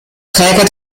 träger